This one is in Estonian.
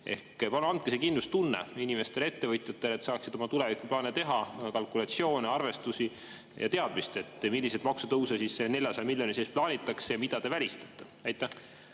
Palun andke see kindlustunne inimestele ja ettevõtjatele, et nad saaksid oma tulevikuplaane teha – kalkulatsioone, arvestusi –, ja teadmise, milliseid maksutõuse selle 400 miljoni sees plaanitakse ja mida te välistate. Aitäh!